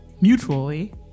mutually